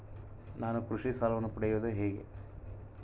ನಾನು ಕೃಷಿ ಸಾಲವನ್ನು ಪಡೆಯೋದು ಹೇಗೆ?